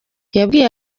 yabwiye